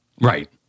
Right